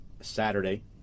Saturday